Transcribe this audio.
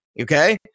Okay